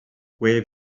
gwe